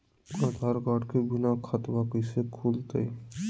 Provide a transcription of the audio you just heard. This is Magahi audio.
आधार कार्ड के बिना खाताबा कैसे खुल तय?